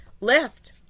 left